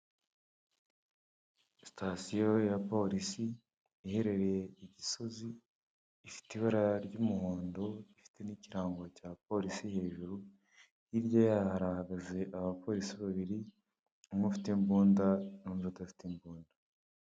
Sitasiyo ya polisi iherereye i Gisozi ifite ibara ry'umuhondo, ifite n'ikirango cya polisi hejuru, hirya yaho hahagaze abapolisi babiri, umwe ufite imbunda n'undi udafite imbunda.